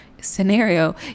scenario